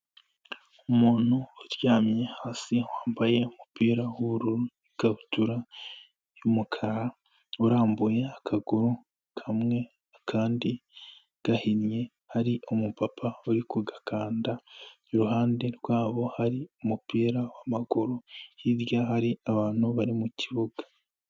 Umuntu uryamye hasi wambaye umupira w'ubururu n'ikabutura y'umukara, urambuye akaguru kamwe akandi gahinnye hari umupapa uri kugakanda, iruhande rwabo hari umupira w'amaguru hirya hari abantu bari mu kibuga.